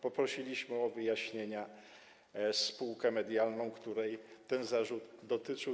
Poprosiliśmy o wyjaśnienia spółkę medialną, której ten zarzut dotyczył.